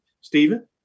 Stephen